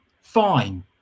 fine